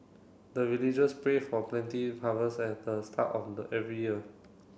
the villagers pray for plenty harvest at the start of the every year